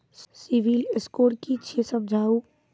Civil score कि छियै समझाऊ?